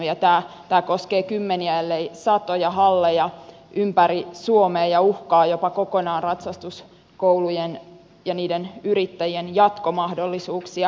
tämä koskee kymmeniä ellei satoja halleja ympäri suomea ja uhkaa jopa kokonaan ratsastuskoulujen ja niiden yrittäjien jatkomahdollisuuksia